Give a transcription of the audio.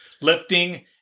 Lifting